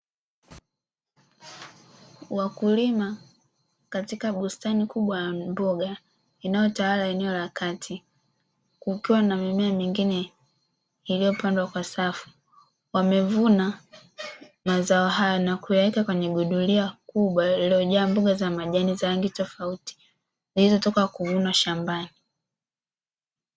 Wakulima katika bustani kubwa ya mboga inayotawala eneo la kati kukiwa na mimea mingine iliyopandwa kwa safu, wamevuna mazao hayo na kuyaweka kwenye guduria kubwa lililojaa mboga za majani za rangi tofauti zilizotoka kuvunwa shambani.